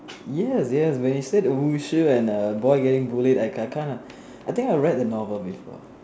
yes yes when you say the 武术：wushu and the boy getting bullied I I kind of I think I read the novel before